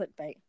clickbait